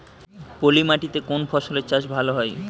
পলি মাটিতে কোন ফসলের চাষ ভালো হয়?